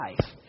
life